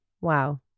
Wow